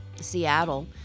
Seattle